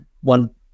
one